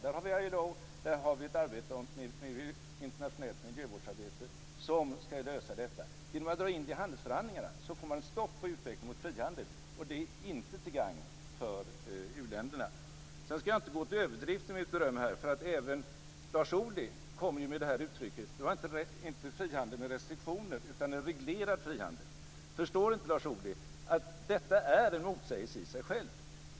Där har vi ILO och där har vi ett arbete kring internationell miljövård som ska lösa detta. Genom att dra in det i handelsförhandlingarna får man ett stopp på utvecklingen mot frihandel och det är inte till gagn för u-länderna. Jag ska inte gå till överdrift i mitt beröm här, för även Lars Ohly kom ju med det här uttrycket - alltså inte frihandel med restriktioner utan en reglerad frihandel. Förstår inte Lars Ohly att detta är en motsägelse i sig?